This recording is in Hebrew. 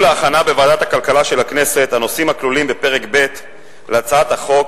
להכנה בוועדת הכלכלה של הכנסת הנושאים הכלולים בפרק ב' להצעת החוק,